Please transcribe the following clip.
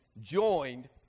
joined